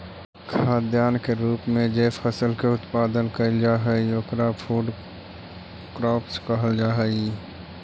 खाद्यान्न के रूप में जे फसल के उत्पादन कैइल जा हई ओकरा फूड क्रॉप्स कहल जा हई